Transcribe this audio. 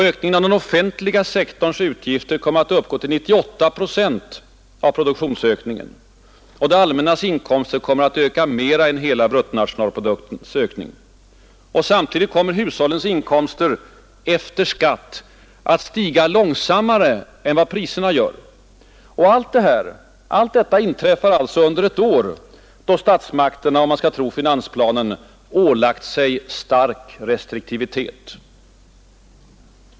Ökningen av den offentliga sektorns utgifter kommer att uppgå till 98 procent av produktionsökningen. Och det allmännas inkomster kommer att öka mer än hela bruttonationalproduktens ökning. Samtidigt kommer hushållens inkomster efter skatt att stiga långsammare än priserna. Och allt detta inträffar under ett år då statsmakterna — om man skall tro finansplanen — ålagt sig stark restriktivitet.